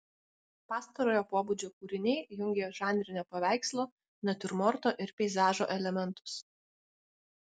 pastarojo pobūdžio kūriniai jungė žanrinio paveikslo natiurmorto ir peizažo elementus